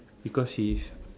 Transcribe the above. because he's